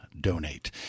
Donate